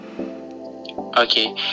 Okay